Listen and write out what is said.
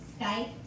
Skype